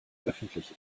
öffentlich